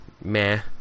meh